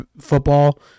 football